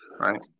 right